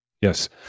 Yes